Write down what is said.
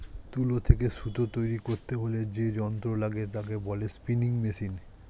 তুলো থেকে সুতো তৈরী করতে হলে যে যন্ত্র লাগে তাকে বলে স্পিনিং মেশিন